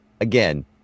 again